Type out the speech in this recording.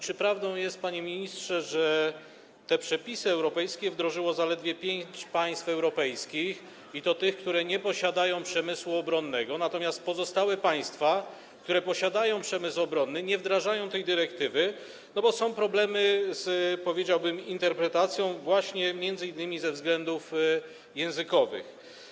Czy to prawda, panie ministrze, że te przepisy europejskie wdrożyło zaledwie pięć państw europejskich, i to te państwa, które nie posiadają przemysłu obronnego, natomiast pozostałe państwa, które posiadają przemysł obronny, nie wdrażają tej dyrektywy, bo są problemy z interpretacją m.in. ze względów językowych?